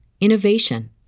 innovation